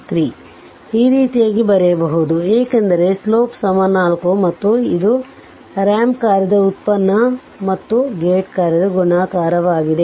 I ರೀತಿಯಾಗಿ ಬರೆಯಬಹುದು ಏಕೆಂದರೆ ಸ್ಲೋಪ್ 4 ಮತ್ತು ಇದು ರಾಂಪ್ ಕಾರ್ಯದ ಉತ್ಪನ್ನ ಮತ್ತು ಗೇಟ್ ಕಾರ್ಯದ ಗುಣಾಕಾರವಾಗಿದೆ